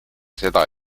seda